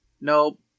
nope